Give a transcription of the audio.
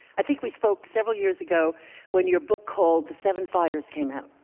i think we spoke several years ago when your book called seven fires came out.